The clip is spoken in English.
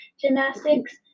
gymnastics